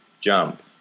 jump